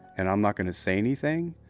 and i'm not going to say anything,